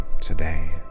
today